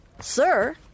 Sir